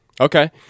Okay